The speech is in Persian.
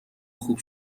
خوب